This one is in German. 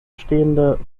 stehende